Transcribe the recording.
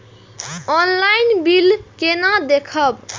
Online bill केना देखब?